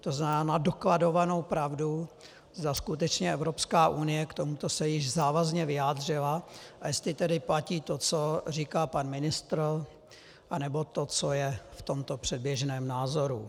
To znamená na dokladovanou pravdu, zda skutečně Evropská unie k tomuto se již závazně vyjádřila a jestli tedy platí to, co říká pan ministr, anebo to, co je v tomto předběžném názoru.